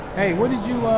hey, what did you,